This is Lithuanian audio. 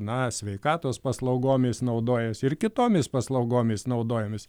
na sveikatos paslaugomis naudojasi ir kitomis paslaugomis naudojamės